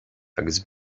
agus